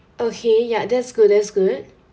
okay ya that's good that's good